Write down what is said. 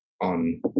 on